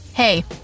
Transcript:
Hey